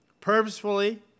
purposefully